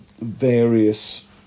various